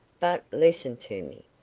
but listen to me.